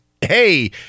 Hey